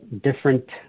different